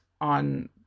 on